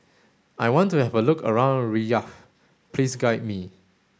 I want to have a look around Riyadh please guide me